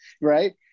Right